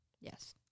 Yes